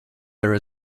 there